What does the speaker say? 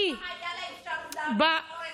ולא לבוא לעשות מלחמה,